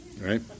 right